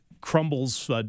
crumbles